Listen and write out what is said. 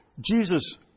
Jesus